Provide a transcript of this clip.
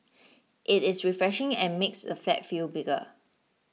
it is refreshing and makes the flat feel bigger